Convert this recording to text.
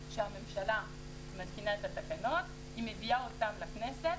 כך שהממשלה מתקינה את התקנות והיא מביאה אותן לכנסת.